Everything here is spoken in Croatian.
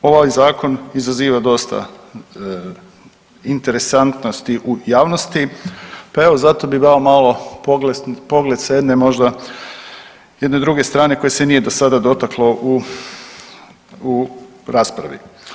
Naravno ovaj zakon izaziva dosta interesantnosti u javnosti, pa evo zato bi dao malo pogled sa možda jedne druge strane koje se nije do sada dotaklo u raspravi.